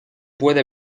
puede